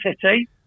City